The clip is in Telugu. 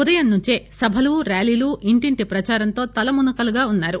ఉదయం నుంచే సభలు ర్యాలీలు ఇంటింటి ప్రచారంతో తలమునకలుగా ఉన్నారు